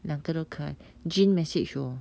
两个都可爱 jean message 我